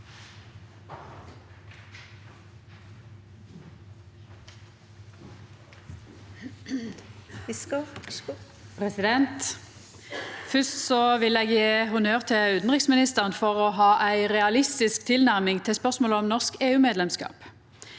Fyrst vil eg gje honnør til utanriksministeren for å ha ei realistisk tilnærming til spørsmålet om norsk EU-medlemskap.